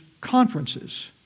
conferences